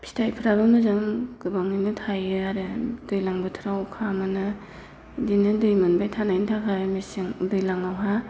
फिथाइफोराबो मोजां गोबाङैनो थायो आरो दैज्लां बोथोराव अखा मोनो बेदिनो दै मोनबाय थानायनि थाखाय मेसें दैज्लाङावहा